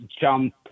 jump